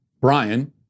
Brian